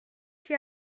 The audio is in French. qui